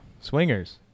Swingers